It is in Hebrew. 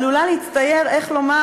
עלול להצטייר, איך לומר?